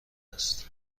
است